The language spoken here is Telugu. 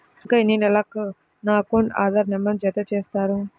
ఇంకా ఎన్ని నెలలక నా అకౌంట్కు ఆధార్ నంబర్ను జత చేస్తారు?